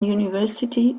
university